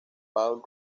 paul